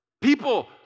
people